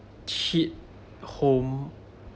hit home